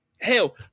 Hell